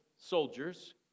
soldiers